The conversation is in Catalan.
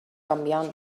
canviant